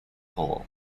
hall